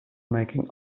making